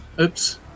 Oops